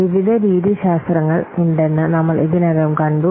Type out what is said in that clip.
വിവിധ രീതിശാസ്ത്രങ്ങൾ ഉണ്ടെന്ന് നമ്മൾ ഇതിനകം കണ്ടു